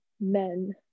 men